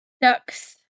Ducks